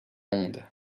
onde